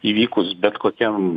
įvykus bet kokiam